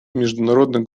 международный